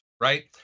right